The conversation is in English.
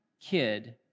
kid